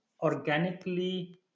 organically